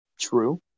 True